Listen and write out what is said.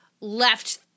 left